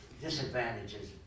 disadvantages